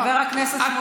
חבר הכנסת סמוטריץ'.